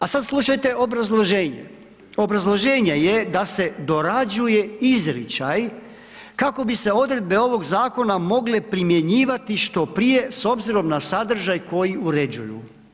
A sada slušajte obrazloženje, obrazloženje je da se dorađuje izričaj kako bi se odredbe ovog zakona, mogle primjenjivati što prije, s obzirom na sadržaj koji uređuju.